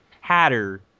Hatter